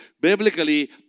biblically